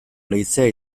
leizea